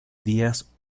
días